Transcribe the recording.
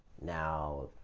now